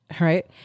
right